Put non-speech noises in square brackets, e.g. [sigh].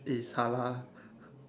is halal [laughs]